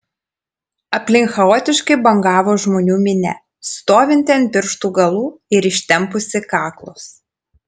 aplink chaotiškai bangavo žmonių minia stovinti ant pirštų galų ir ištempusi kaklus